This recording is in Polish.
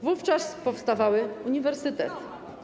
Wówczas powstawały uniwersytety.